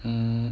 mm